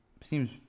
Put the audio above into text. seems